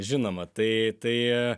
žinoma tai tai